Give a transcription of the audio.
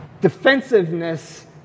Defensiveness